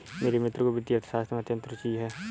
मेरे मित्र को वित्तीय अर्थशास्त्र में अत्यंत रूचि है